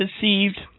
deceived